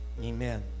Amen